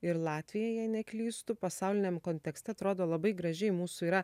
ir latvija jei neklystu pasauliniam kontekste atrodo labai gražiai mūsų yra